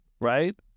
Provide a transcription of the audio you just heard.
right